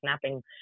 snapping